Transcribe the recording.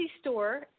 store